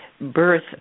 birth